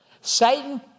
Satan